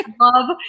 love